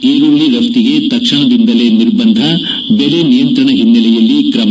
ಈರುಳ್ಳಿ ರಫ್ತಿಗೆ ತಕ್ಷಣದಿಂದಲೇ ನಿರ್ಬಂಧ ಬೆಲೆ ನಿಯಂತ್ರಣ ಹಿನ್ನೆಲೆಯಲ್ಲಿ ಕ್ರಮ